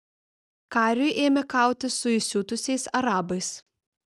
kariui ėmė kautis su įsiutusiais arabais